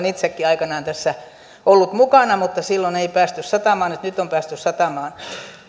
itsekin aikanaan tässä ollut mukana mutta silloin ei päästy satamaan nyt nyt on päästy satamaan